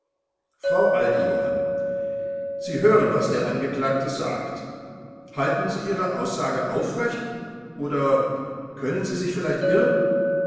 frau aldejohann sie hören was der angeklagte sagt halten sie ihre aussage aufrecht oder können sie sich vielleicht irren